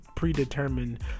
predetermined